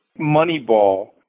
moneyball